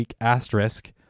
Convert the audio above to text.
asterisk